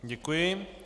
Děkuji.